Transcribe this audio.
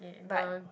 but